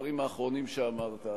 לדברים האחרונים שאמרת.